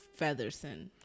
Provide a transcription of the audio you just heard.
Featherson